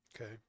Okay